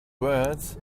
words